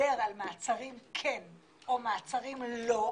לדבר על מעצרים כן או מעצרים לא,